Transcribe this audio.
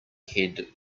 head